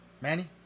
Manny